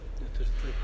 neturit laiko